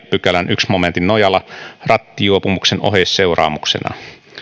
pykälän ensimmäisen momentin nojalla rattijuopumuksen oheisseuraamuksena